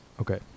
Okay